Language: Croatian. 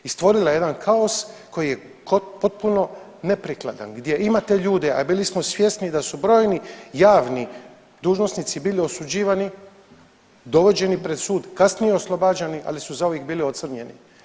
I stvorila je jedan kaos koji je potpuno neprikladan, gdje imate ljude a bili smo svjesni da su brojni javni dužnosnici bili osuđivani, dovođeni pred sud, kasnije oslobađani ali su zauvijek bili ocrnjeni.